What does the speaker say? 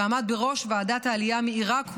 ועמד בראש ועדת העלייה מעיראק,